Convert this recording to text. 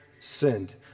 sinned